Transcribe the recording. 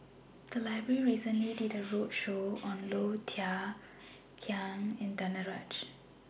The Library recently did A roadshow on Low Thia Khiang and Danaraj